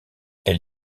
elle